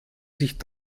sich